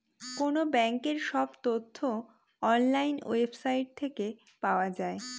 কোনো ব্যাঙ্কের সব তথ্য অনলাইন ওয়েবসাইট থেকে পাওয়া যায়